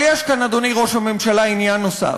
אבל יש כאן, אדוני ראש הממשלה, עניין נוסף.